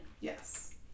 Yes